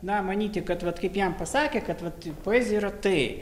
na manyti kad vat kaip jam pasakė kad vat poezija yra taip